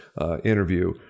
Interview